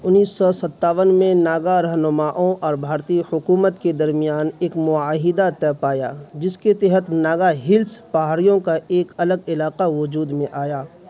انیس سو ستاون میں ناگا رہنماؤں اور بھارتی حکومت کے درمیان ایک معاہدہ طے پایا جس کے تحت ناگا ہلس پہاڑیوں کا ایک الگ علاقہ وجود میں آیا